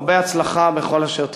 הרבה הצלחה בכל אשר תפנה.